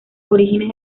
orígenes